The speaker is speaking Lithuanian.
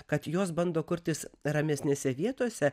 kad jos bando kurtis ramesnėse vietose